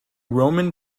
roman